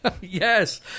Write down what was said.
Yes